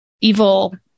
evil